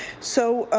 so